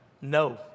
no